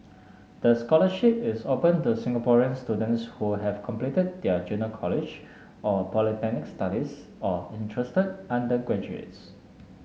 the scholarship is open to Singaporean students who have completed their junior college or polytechnic studies or interested undergraduates